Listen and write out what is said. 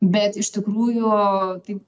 bet iš tikrųjų taip